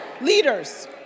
Leaders